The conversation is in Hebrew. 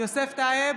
יוסף טייב,